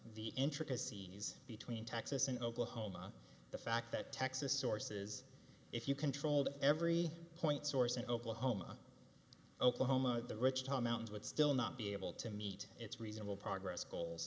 the intricacies between texas and oklahoma the fact that texas source's if you controlled every point source in oklahoma oklahoma the rich tom mountains would still not be able to meet its reasonable progress goals